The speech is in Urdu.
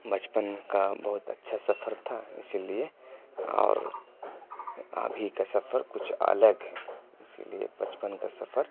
بچپن کا بہت اچھا سفر تھا اسی لیے اور ابھی کا سفر کچھ الگ ہے اسی لیے بچپن کا سفر